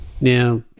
Now